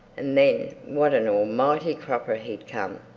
and then what an almighty cropper he'd come!